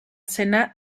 cena